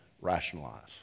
rationalize